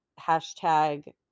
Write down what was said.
hashtag